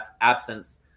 absence